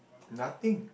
nothing